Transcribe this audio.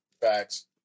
Facts